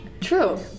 True